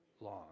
long